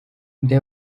they